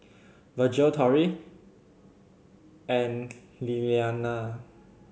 Virgel Torrie and Lillianna